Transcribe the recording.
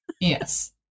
Yes